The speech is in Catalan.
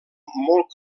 molt